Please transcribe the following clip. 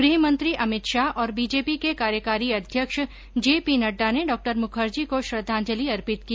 गृहमंत्री अमित शाह और बीजेपी के कार्यकारी अध्यक्ष जेपी नड्डा ने डॉ मुखर्जी को श्रद्दांजलि अर्पित की